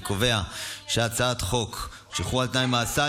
אני קובע שהצעת חוק שחרור על תנאי ממאסר,